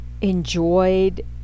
enjoyed